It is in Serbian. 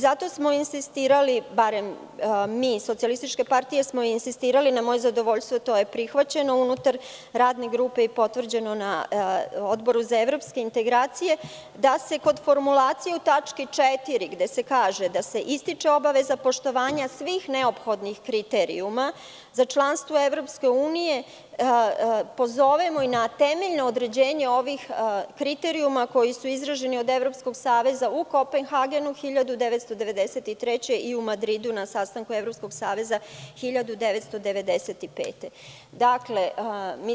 Zato smo insistirali, barem mi iz SPS, na moje zadovoljstvo to je prihvaćeno unutar radne grupe i potvrđeno je na Odboru za evropske integracije, da se kod formulacije u tački 4, gde se kaže da se ističe obavezna poštovanja svih neodgovornih kriterijumima za članstvo u EU, pozovemo na temeljno određenje ovih kriterijumima koji su izraženi od Evropskog saveza u Kopenhagenu 1993. godine i u Madridu na sastanku Evropskog saveza 1995. godine.